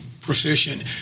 proficient